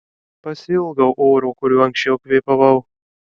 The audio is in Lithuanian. pasiilgau oro kuriuo anksčiau kvėpavau